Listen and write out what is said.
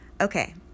Okay